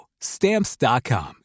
Stamps.com